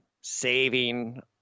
saving